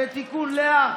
ותיקון לאה,